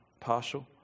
partial